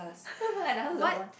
another Lauren